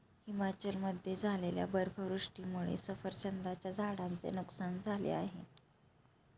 हिमाचलमध्ये झालेल्या बर्फवृष्टीमुळे सफरचंदाच्या झाडांचे नुकसान झाले आहे